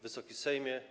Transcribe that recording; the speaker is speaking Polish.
Wysoki Sejmie!